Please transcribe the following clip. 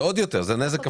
זה נזק כפול.